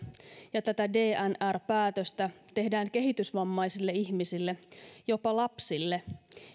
ja tätä dnr päätöstä tehdään kehitysvammaisille ihmisille jopa lapsille